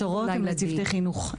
ההכשרות הן לצוותי חינוך.